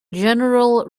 general